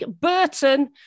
Burton